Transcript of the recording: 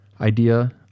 idea